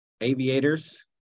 aviators